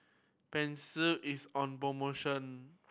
pansy is on promotion